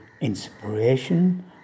Inspiration